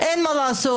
אין מה לעשות,